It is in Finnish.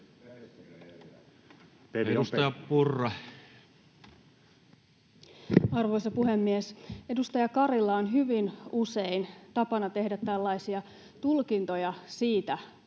Edustaja Purra. Arvoisa puhemies! Edustaja Karilla on hyvin usein tapana tehdä tulkintoja siitä,